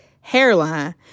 hairline